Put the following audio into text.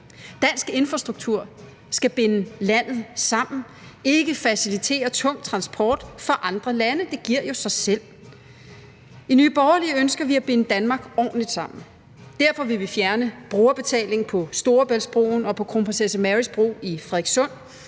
Dansk infrastruktur skal binde landet sammen, ikke facilitere tung transport fra andre lande – det giver jo sig selv. I Nye Borgerlige ønsker vi at binde Danmark ordentligt sammen. Derfor vil vi fjerne brugerbetaling på Storebæltsbroen og på Kronprinsesse Marys Bro i Frederikssund.